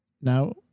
Now